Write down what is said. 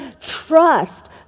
trust